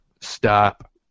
stop